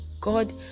God